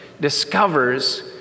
discovers